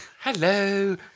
Hello